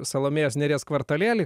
salomėjos nėries kvartalėlį